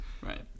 Right